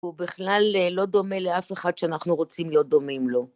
הוא בכלל לא דומה לאף אחד שאנחנו רוצים להיות דומים לו.